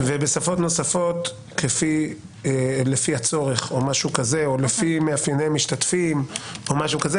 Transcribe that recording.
ובשפות נוספות לפי הצורך או לפי מאפייני המשתתפים או משהו כזה,